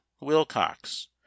Wilcox